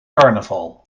carnaval